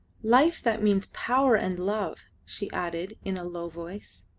life that means power and love, she added in a low voice.